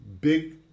big